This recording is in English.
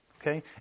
okay